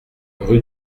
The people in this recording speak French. rue